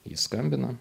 jis skambina